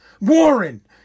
Warren